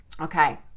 Okay